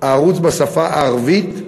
והערוץ בשפה הערבית,